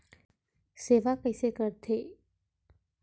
सेवा कइसे करथे?